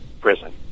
prison